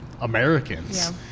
Americans